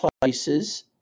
places